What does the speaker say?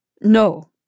No